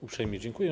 Uprzejmie dziękuję.